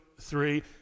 three